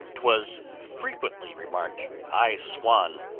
twas frequently remarked i swon!